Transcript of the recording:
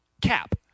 cap